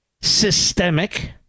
systemic